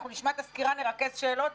אנחנו נשמע את הסקירה, נרכז שאלות.